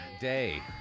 day